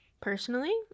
Personally